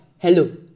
hello